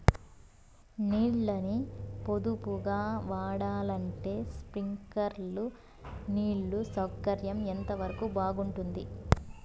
నీళ్ళ ని పొదుపుగా వాడాలంటే స్ప్రింక్లర్లు నీళ్లు సౌకర్యం ఎంతవరకు బాగుంటుంది?